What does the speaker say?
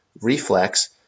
Reflex